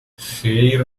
خیر